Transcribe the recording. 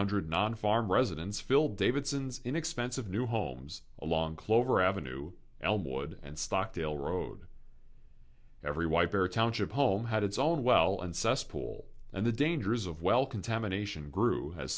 hundred non farm residents filled davidson's in expensive new homes along clover avenue elmwood and stockdale road every wiper township home had its own well and cesspool and the dangers of well contamination grew has